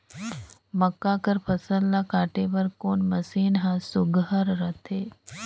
मक्का कर फसल ला काटे बर कोन मशीन ह सुघ्घर रथे?